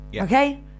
Okay